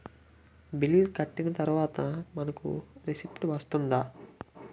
Bill కట్టిన తర్వాత మనకి రిసీప్ట్ వస్తుందా?